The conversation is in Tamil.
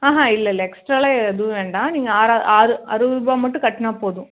ஆஹான் இல்லல்லை எக்ஸ்ட்ராலாம் எதுவும் வேண்டாம் நீங்கள் ஆறா ஆறு அறுபது ரூபாய் மட்டும் கட்டினா போதும்